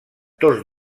tots